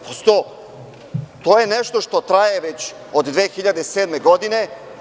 Prosto, to je nešto što traje od 2007. godine.